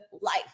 life